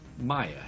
Maya